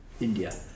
India